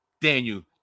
Daniel